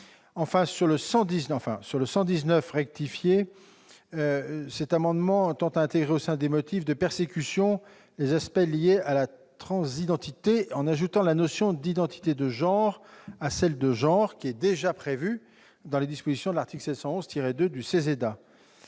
n° 119 rectifié. Celui-ci tend à intégrer, au sein des motifs de persécution, les aspects liés à la transidentité, en ajoutant la notion d'identité de genre à celle de genre, qui est déjà prévue dans les dispositions de l'article L. 711-2 du CESEDA.